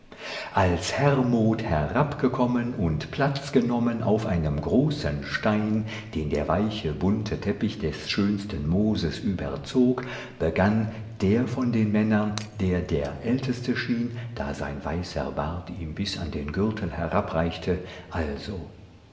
als hermod herabgekommen und platz genommen auf einem großen stein den der weiche bunte teppich des schönsten mooses überzog begann der von den männern der der älteste schien da sein weißer bart ihm bis an den gürtel herabreichte also